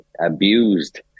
abused